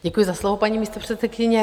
Děkuji za slovo, paní místopředsedkyně.